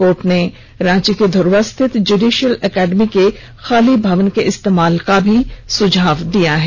court ने रांची के धुर्वा स्थित जुडिशल एकेडमी के खाली भवन के इस्तेमाल का भी सुझाव दिया है